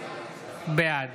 בעד